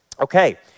Okay